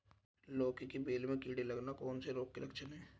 लौकी की बेल में कीड़े लगना कौन से रोग के लक्षण हैं?